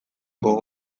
gogo